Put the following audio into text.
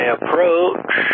Approach